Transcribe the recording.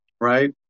right